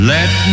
Let